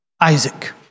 Isaac